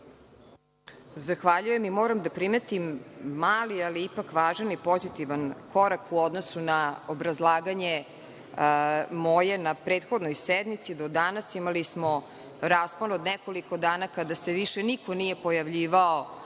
Zahvaljujem. Moram da primetim mali ali ipak važan i pozitivan korak. U odnosu na moje obrazlaganje na prethodnoj sednici do danas imali smo raspon od nekoliko dana kada se više niko nije pojavljivao